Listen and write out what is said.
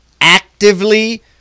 actively